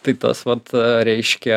tai tas vat reiškia